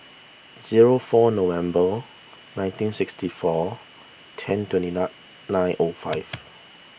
zero four November nineteen sixty four ten twenty nine nine O five